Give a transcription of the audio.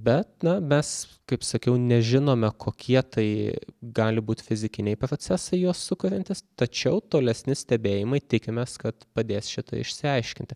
bet na mes kaip sakiau nežinome kokie tai gali būt fizikiniai procesai juos sukuriantys tačiau tolesni stebėjimai tikimės kad padės šitą išsiaiškinti